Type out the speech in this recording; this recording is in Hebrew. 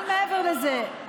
אבל מעבר לזה,